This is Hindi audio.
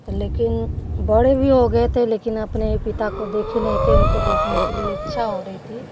लेकिन बड़े भी हो गए थे लेकिन अपने पिता को देखे नहीं थे उनको देखने के लिए इच्छा हो रही थी